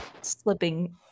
slipping